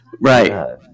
Right